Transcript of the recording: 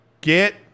get